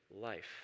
life